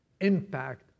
impact